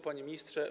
Panie Ministrze!